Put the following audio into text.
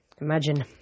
Imagine